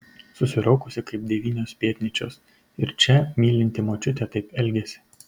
susiraukusi kaip devynios pėtnyčios ir čia mylinti močiutė taip elgiasi